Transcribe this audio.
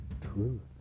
truth